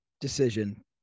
decision